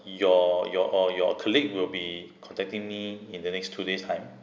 your your oh your colleague will be contacting me in the next two days time